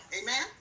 Amen